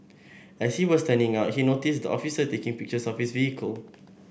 as he was turning out he noticed the officer taking pictures of his vehicle